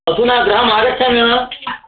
अधुना ग्रहम् आगच्छामि वा